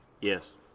Yes